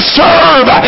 serve